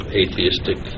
atheistic